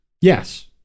Yes